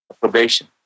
Probation